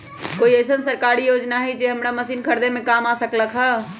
कोइ अईसन सरकारी योजना हई जे हमरा मशीन खरीदे में काम आ सकलक ह?